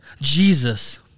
Jesus